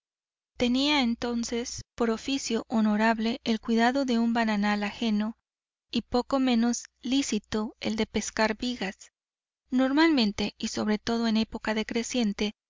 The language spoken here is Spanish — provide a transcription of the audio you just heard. tenía entonces por oficio honorable el cuidado de un bananal ajeno y poco menos lícito el de pescar vigas normalmente y sobre todo en época de creciente